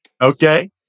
Okay